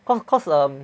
cause cause um